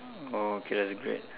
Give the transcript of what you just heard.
oh okay that's great